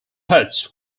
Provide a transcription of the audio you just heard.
hearts